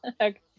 Okay